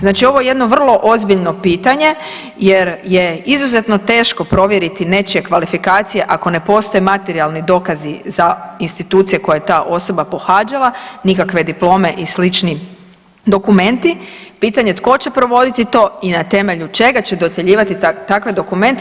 Znači ovo je jedno vrlo ozbiljno pitanje jer je izuzetno teško provjeriti nečije kvalifikacije ako ne postoje materijalni dokazi za institucije koje je ta osoba pohađale, nikakve diplome i slični dokumenti, pitanje je tko će provoditi to i na temelju čega će dodjeljivati takve dokumente.